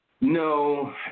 No